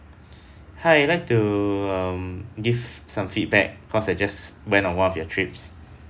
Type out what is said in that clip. hi I would like to um give some feedback cause I've just went on one of your trips